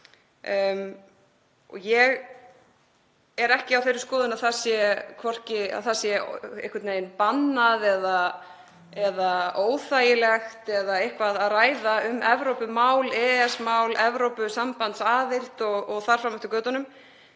Ég er ekki á þeirri skoðun að það sé einhvern veginn bannað eða óþægilegt að ræða um Evrópumál, EES-mál, Evrópusambandsaðild og þar fram eftir götunum.